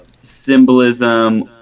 symbolism